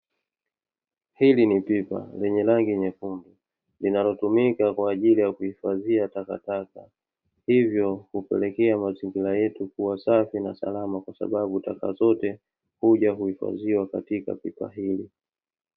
Hili ni pipa lenye rangi nyekundu linalotumika kwa ajili ya kuhifadhia takataka, hivyo hupelekea mazingira yetu kuwa safi na salama kwa sababu taka zote huja huhifadhiwa katika pipa hili.